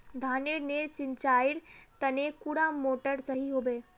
धानेर नेर सिंचाईर तने कुंडा मोटर सही होबे?